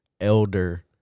elder